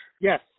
Yes